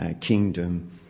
kingdom